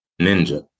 Ninja